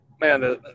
Man